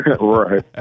Right